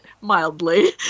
mildly